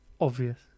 obvious